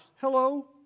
Hello